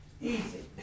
easy